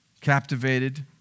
captivated